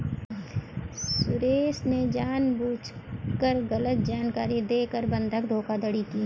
सुरेश ने जानबूझकर गलत जानकारी देकर बंधक धोखाधड़ी की